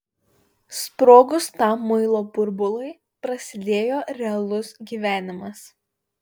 sprogus tam muilo burbului prasidėjo realus gyvenimas